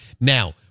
Now